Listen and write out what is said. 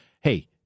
Hey